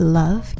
love